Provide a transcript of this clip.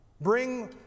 bring